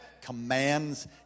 commands